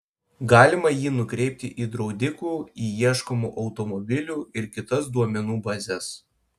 galima jį nukreipti į draudikų į ieškomų automobilių ir kitas duomenų bazes